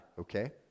okay